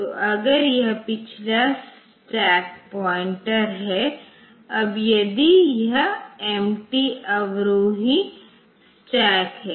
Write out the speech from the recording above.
तो अगर यह पिछला स्टैक पॉइंटर है अब यदि यह एम्प्टी अवरोही स्टैक है